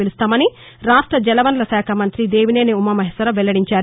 పిలుస్తామని రాష్ట జలవనరుల శాఖ మంతి దేవినేని ఉమామహేశ్వరరావు వెల్లడించారు